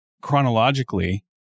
chronologically